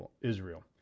Israel